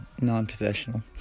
non-professional